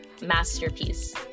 masterpiece